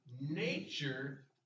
nature